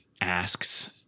asks